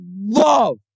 love